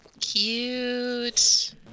Cute